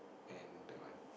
and that one